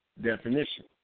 definition